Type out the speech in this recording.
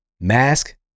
mask